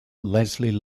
leslie